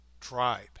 tribe